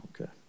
Okay